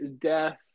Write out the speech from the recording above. Death